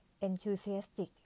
enthusiastic